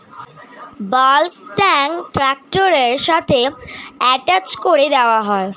bulk tank ট্র্যাক্টরের সাথে attach করে দেওয়া হয়